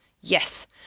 Yes